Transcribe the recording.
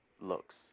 looks